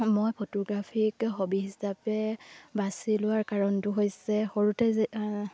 মই photographic hobby হিচাপে বাচি লোৱাৰ কাৰণটো হৈছে সৰুতে যে